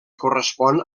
correspon